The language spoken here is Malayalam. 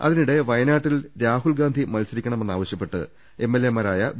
അതിനിടെ വയനാട്ടിൽ രാഹുൽ ഗാന്ധി മത്സരിക്കണമെന്നാവ ശൃപ്പെട്ട് എംഎൽഎമാരായ വി